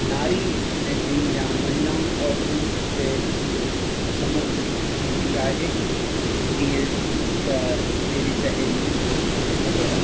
नारी मैगज़ीन या महिलाउनि औरतुनि ते समर्पित थींदी आहे जीअं त मेरी सहेली वग़ैरह